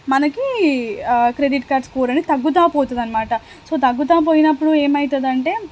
మనకి credit card score అనేది తగ్గుతూ పోతుంది అన్నమాట తగ్గుతూ పోయినప్పుడు ఏమవుతుంది అంటే